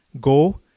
Go